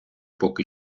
поки